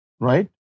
Right